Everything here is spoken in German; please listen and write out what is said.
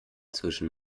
zwischen